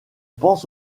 pense